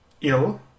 ill